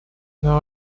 now